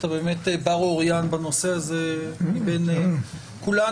אתה באמת בר אוריין בנושא הזה מבין כולנו.